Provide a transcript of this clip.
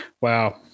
Wow